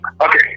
Okay